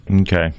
Okay